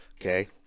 Okay